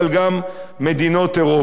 גם מדינות אירופה.